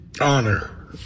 honor